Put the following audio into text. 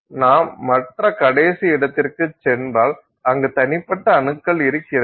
நாம் மற்ற கடைசி இடத்திற்கு சென்றால் அங்கு தனிப்பட்ட அணுக்கள் இருக்கிறது